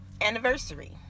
anniversary